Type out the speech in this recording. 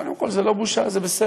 קודם כול, זו לא בושה, זה בסדר,